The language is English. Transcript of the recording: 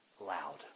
loud